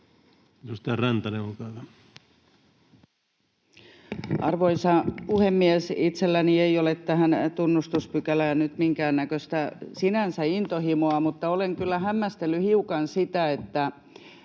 Arvoisa puhemies! Itselläni ei ole tähän tunnustuspykälään nyt sinänsä minkäännäköistä intohimoa, mutta olen kyllä hämmästellyt hiukan sitä, että